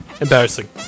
embarrassing